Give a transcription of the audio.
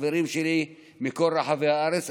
חברים שלי מכל רחבי הארץ,